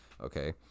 Okay